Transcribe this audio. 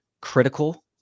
critical